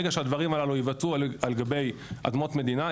ברגע שהדברים הללו ייווצרו על גבי אדמות מדינה,